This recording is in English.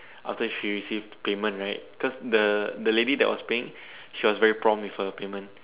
after she received payment right cause the the lady that was paying she was very prompt with her payment